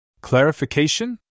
Clarification